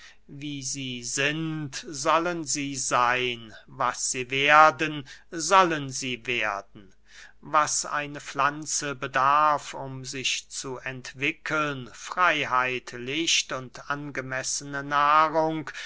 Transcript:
wie sie sind sollen sie seyn was sie werden sollen sie werden was eine pflanze bedarf um sich zu entwickeln freyheit licht und angemessene nahrung